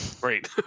Great